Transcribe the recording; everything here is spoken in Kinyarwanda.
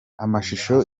amashusho